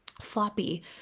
floppy